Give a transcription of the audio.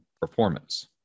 performance